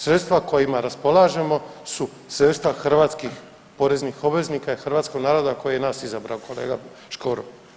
Sredstva kojima raspolažemo su sredstva hrvatskih poreznih obveznika i hrvatskog naroda koji je nas izabrao, kolega Škoro.